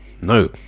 No